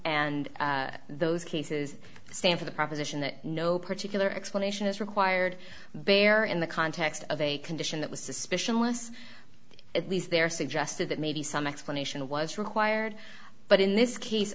and those cases stand for the proposition that no particular explanation is required bear in the context of a condition that was suspicion less at least there suggested that maybe some explanation was required but in this case